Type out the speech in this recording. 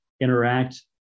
interact